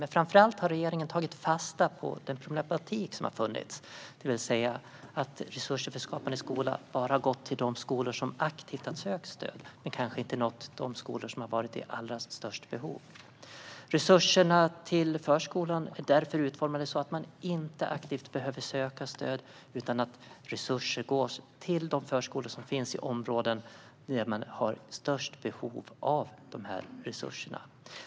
Men framför allt har regeringen tagit fasta på den problematik som har funnits, det vill säga att resurser för Skapande skola bara har gått till de skolor som aktivt har sökt stöd men kanske inte har nått de skolor som har haft allra störst behov. Resurserna till förskolan är därför utformade så att man inte aktivt behöver söka stöd, utan resurser går till förskolorna i de områden där behoven är störst.